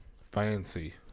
fancy